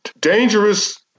Dangerous